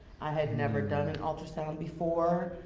i had never done an ultrasound before,